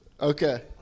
Okay